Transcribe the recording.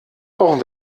brauchen